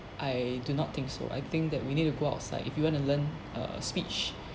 I do not think so I think that we need to go outside if you want to learn uh speech